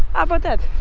about that?